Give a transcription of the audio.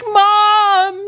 mom